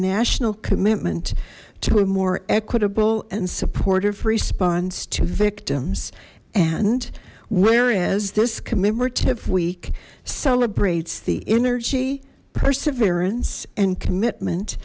national commitment to a more equitable and supportive response to victims and whereas this commemorative week celebrates the energy perseverance and commitment